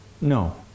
No